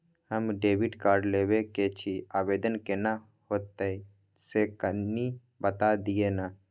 हम debit card लेब के छि, आवेदन केना होतै से कनी बता दिय न?